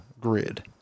grid